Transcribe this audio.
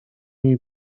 jej